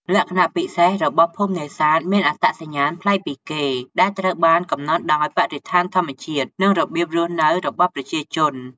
លក្ខណៈពិសេសរបស់ភូមិនេសាទមានអត្តសញ្ញាណប្លែកពីគេ ដែលត្រូវបានកំណត់ដោយបរិស្ថានធម្មជាតិ និងរបៀបរស់នៅរបស់ប្រជាជន។